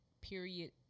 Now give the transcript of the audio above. period